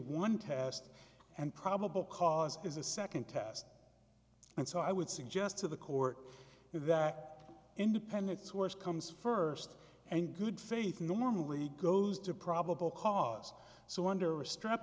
one test and probable cause is a second test and so i would suggest to the court that independent source comes first and good faith normally goes to probable cause so under a str